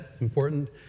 important